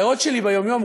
הריאות שלי ביום-יום,